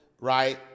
right